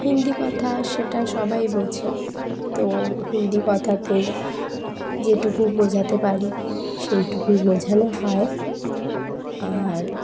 হিন্দি কথা সেটা সবাই বোঝে তো হিন্দি কথাতেই যেটুকু বোঝাতে পারি সেইটুকুই বোঝানো হয় আর